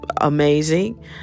amazing